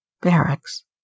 barracks